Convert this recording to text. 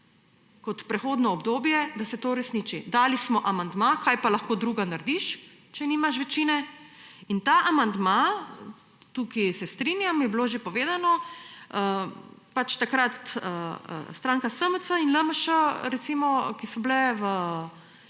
kot prehodno obdobje, da se to uresniči. Dali smo amandma, kaj pa lahko drugega narediš, če nimaš večine. In tega amandmaja, tukaj se strinjam, je bilo že povedano, pač takrat stranki SMC in LMŠ, ki sta bili v